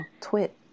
twit